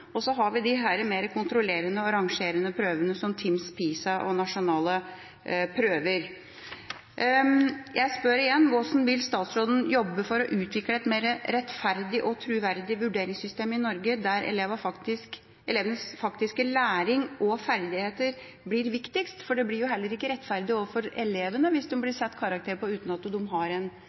og så har vi de mer kontrollerende og rangerende prøvene, som TIMSS, PISA og nasjonale prøver. Jeg spør igjen: Hvordan vil statsråden jobbe for å utvikle et mer rettferdig og troverdig vurderingssystem i Norge, der elevenes faktiske læring og ferdigheter blir viktigst? Det blir jo heller ikke rettferdig overfor elevene hvis de blir satt karakter på uten at man har